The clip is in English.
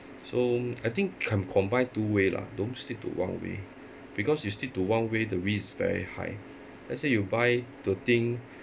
so I think can combine two way lah don't stick to one way because you stick to one way the risk very high let's say you buy the thing